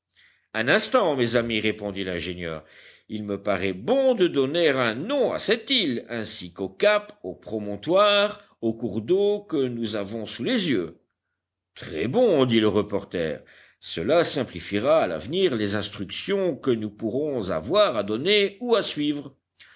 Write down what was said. un instant mes amis répondit l'ingénieur il me paraît bon de donner un nom à cette île ainsi qu'aux caps aux promontoires aux cours d'eau que nous avons sous les yeux très bon dit le reporter cela simplifiera à l'avenir les instructions que nous pourrons avoir à donner ou à suivre